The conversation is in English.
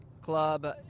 club